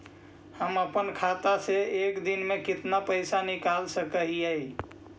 हम अपन खाता से एक दिन में कितना पैसा निकाल सक हिय?